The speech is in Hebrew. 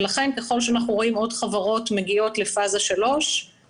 לכן, ככל שאנחנו רואים עוד חברות מגיעות לפאזה 3,